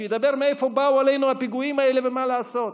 שידבר על מאיפה באו עלינו הפיגועים האלה ומה לעשות.